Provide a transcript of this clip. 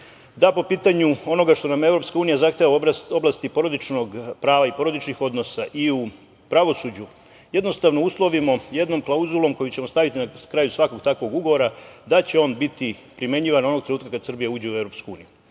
da po pitanju onoga što nam EU zahteva u oblasti porodičnog prava i porodičnih odnosa i u pravosuđu, jednostavno uslovimo jednom klauzulom koju ćemo staviti na kraju svakog takvog ugovora, da će on biti primenjivan onog trenutka kada Srbija uđe u EU.